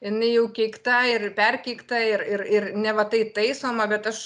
jinai jau keikta ir perkeikta ir ir ir neva tai taisoma bet aš